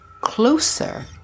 closer